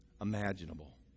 imaginable